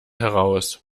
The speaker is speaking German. heraus